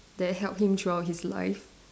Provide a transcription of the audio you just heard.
that helped him throughout his life